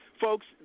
Folks